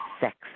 sex